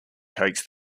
takes